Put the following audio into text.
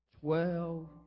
twelve